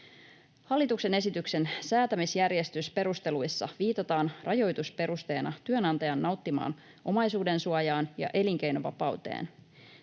”Hallituksen esityksen säätämisjärjestysperusteluissa viitataan rajoitusperusteena työnantajan nauttimaan omaisuudensuojaan ja elinkeinovapauteen.